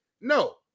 No